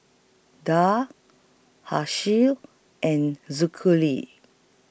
Dhia and